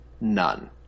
none